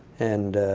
and